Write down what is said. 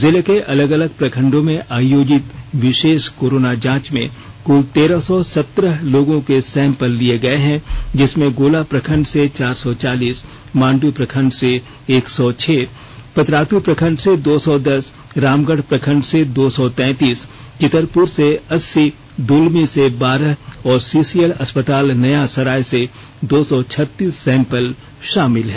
जिले के अलग अलग प्रखण्डों में आयोजित विशेष कोरोना जांच में कुल तेरह सौ सत्रह लोगों के सैंपल लिए गए हैं जिसमें गोला प्रखंड से चार सौ चालीस मांडू प्रखण्ड से एक सौ छह पतरातू प्रखण्ड से दो सौ दस रामगढ़ प्रखण्ड से दो सौ तैंतीस चितरपुर से अस्सी दुलमी से बारह और सीसीएल अस्पताल नयासराय से दो सौ छत्तीस सेंपल शामिल हैं